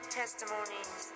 testimonies